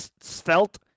svelte